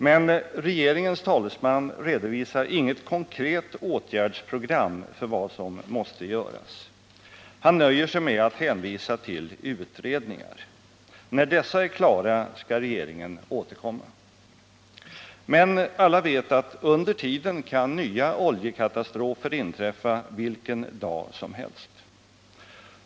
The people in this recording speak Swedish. Men regeringens talesman redovisar inget konkret åtgärdsprogram för vad som måste göras. Han nöjer sig med att hänvisa till utredningar. När dessa är klara skall regeringen återkomma. Men alla vet att under tiden kan nya oljekatastrofer inträffa vilken dag som helst.